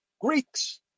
Greeks